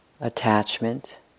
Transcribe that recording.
attachment